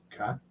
okay